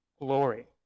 glory